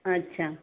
अच्छा